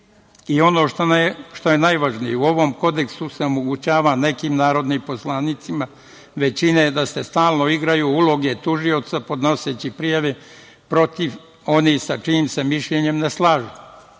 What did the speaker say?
što je najvažnije, u ovom Kodeksu se omogućava nekim narodnim poslanicima većine da se stalno igraju uloge tužioca, podnoseći prijave protiv onih sa čijim se mišljenjem ne slažu.